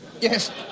Yes